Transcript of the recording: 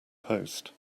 post